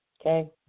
Okay